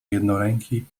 jednoręki